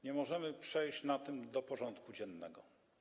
Nie możemy przejść nad tym do porządku dziennego.